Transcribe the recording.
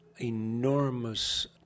enormous